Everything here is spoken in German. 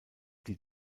die